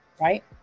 right